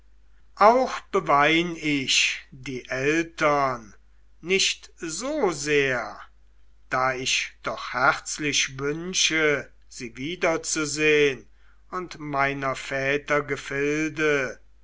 auch bewein ich die eltern nicht so sehr da ich doch herzlich wünsche sie wieder zu sehn und meiner väter gefilde